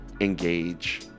engage